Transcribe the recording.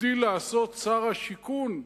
הגדיל לעשות שר השיכון: